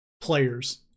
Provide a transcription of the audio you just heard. players